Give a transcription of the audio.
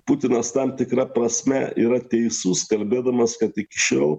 putinas tam tikra prasme yra teisus kalbėdamas kad iki šiol